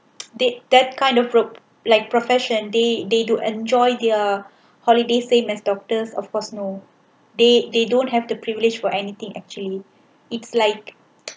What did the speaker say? that that kind of job like profession they they do enjoy their holiday same as doctors of course no they they don't have the privilege for anything actually it's like